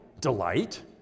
delight